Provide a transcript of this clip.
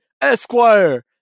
Esquire